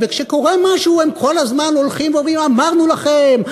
וכשקורה משהו הם כל הזמן הולכים ואומרים: אמרנו לכם,